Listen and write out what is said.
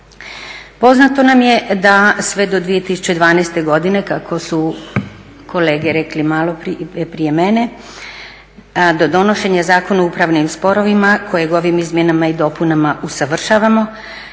Poznato nam je da sve do 2012. godine kako su kolege rekli malo prije mene do donošenja Zakona o upravnim sporovima kojeg ovim izmjenama i dopunama usavršavamo